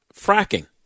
fracking